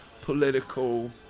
political